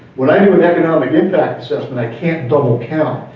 when i do an economic impact sessions, i can't double count.